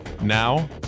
Now